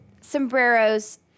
sombreros